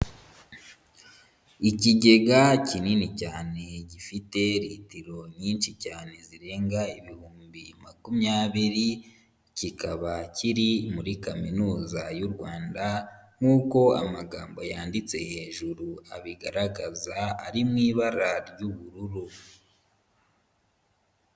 Ikigega kinini cyane gifite litiro nyinshi cyane zirenga ibihumbi makumyabiri, kikaba kiri muri Kaminuza y'u Rwanda nk'uko amagambo yanditse hejuru abigaragaza ari mu ibara ry'ubururu.